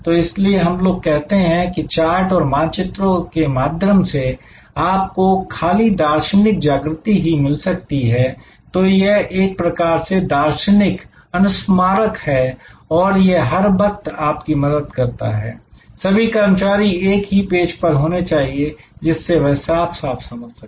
तो इसीलिए हम लोग कहते हैं कि चार्ट और मानचित्रों के माध्यम से आपको खाली दार्शनिक जागृति ही मिल सकती है तो यह एक प्रकार से दार्शनिक अनुस्मारक है और यह हर वक्त आपकी मदद करता है सभी कर्मचारी एक ही पेज पर होने चाहिए जिससे वह साफ साफ समझ सके